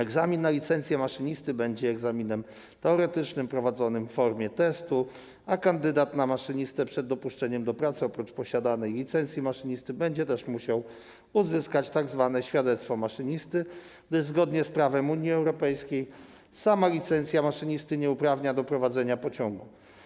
Egzamin na licencję maszynisty będzie egzaminem teoretycznym, prowadzonym w formie testu, a kandydat na maszynistę przed dopuszczeniem do pracy oprócz posiadanej licencji maszynisty będzie też musiał uzyskać tzw. świadectwo maszynisty, gdyż zgodnie z prawem Unii Europejskiej sama licencja maszynisty nie uprawnia do prowadzenia pociągu.